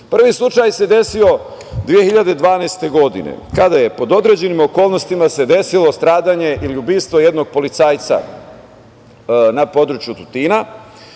slučaj se desio 2012. godine kada se pod određenim okolnostima desilo stradanje ili ubistvo jednog policajca na području Tutina,